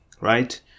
right